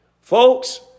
Folks